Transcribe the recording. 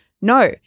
no